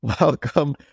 Welcome